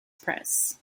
press